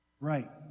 right